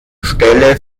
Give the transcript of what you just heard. stelle